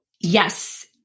Yes